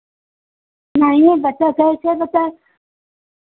नहीं नहीं बचा कैसे बचा